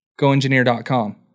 GoEngineer.com